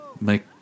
make